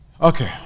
Okay